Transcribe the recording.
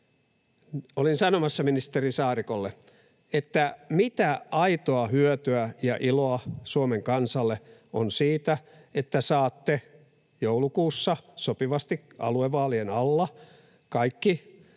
Olin sanomassa ministeri Saarikolle, että mitä aitoa hyötyä ja iloa Suomen kansalle on siitä, että saatte joulukuussa sopivasti aluevaalien alla kaikki